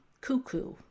cuckoo